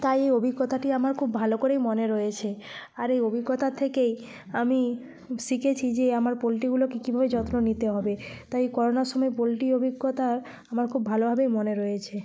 তাই এই অভিজ্ঞতাটি আমার খুব ভালো করেই মনে রয়েছে আর এই অভিজ্ঞতার থেকেই আমি শিখেছি যে আমার পোল্ট্রিগুলোকে কীভাবে যত্ন নিতে হবে তাই করোনার সময় পোল্ট্রি অভিজ্ঞতা আমার খুব ভালোভাবেই মনে রয়েছে